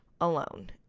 alone